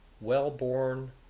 well-born